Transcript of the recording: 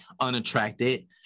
unattracted